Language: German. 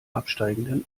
absteigenden